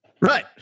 Right